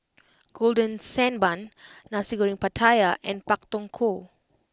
Golden Sand Bun Nasi Goreng Pattaya and Pak Thong Ko